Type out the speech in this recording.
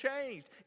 changed